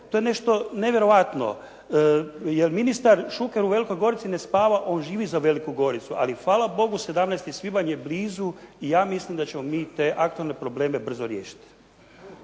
to je nešto nevjerojatno jer ministar Šuker u Velikoj gorici ne spava, on živi za Veliku goricu, ali hvala Bogu 17. svibanj je blizu i ja mislim da ćemo mi te aktualne probleme brzo riješiti.